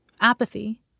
apathy